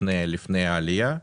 לפני העלייה.